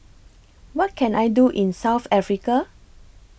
What Can I Do in South Africa